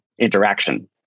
interaction